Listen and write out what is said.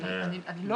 אני לא